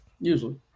usually